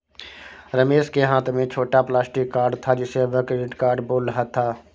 रमेश के हाथ में छोटा प्लास्टिक कार्ड था जिसे वह क्रेडिट कार्ड बोल रहा था